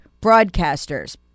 broadcasters